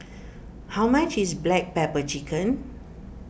how much is Black Pepper Chicken